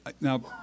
now